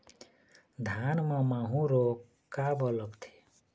धान म माहू रोग काबर लगथे?